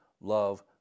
love